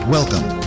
Welcome